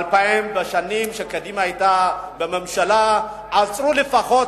בשנים שקדימה היתה בממשלה עשו לפחות,